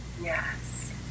yes